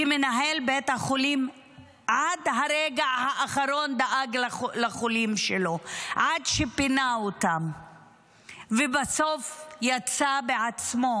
כי מנהל בית החולים דאג לחולים שלו עד לרגע האחרון,